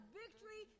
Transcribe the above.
victory